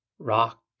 rock